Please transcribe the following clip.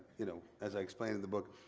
you know as i explained in the book,